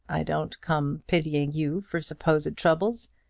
i don't come pitying you for supposed troubles.